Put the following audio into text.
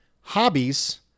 Hobbies